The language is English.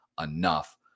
enough